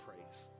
praise